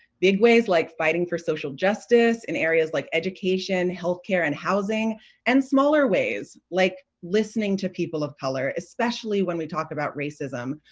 big ways like fighting for social justice in areas like education, health care and housing and smaller ways like listening to people of color, especially when we talk about racism,